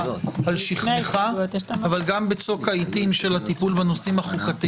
על שכמך אבל גם בצוק העיתים של החוקתיים,